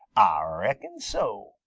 ah reckon so,